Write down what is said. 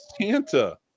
Santa